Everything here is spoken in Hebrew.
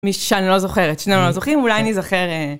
מישהי שאני לא זוכרת, שנינו לא זוכרים, אולי אני אזכר.